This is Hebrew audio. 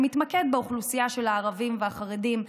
שמתמקד באוכלוסייה של הערבים והחרדים,